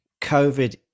COVID